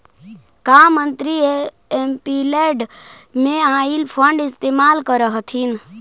का मंत्री एमपीलैड में आईल फंड इस्तेमाल करअ हथीन